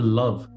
love